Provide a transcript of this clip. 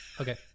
Okay